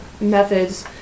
methods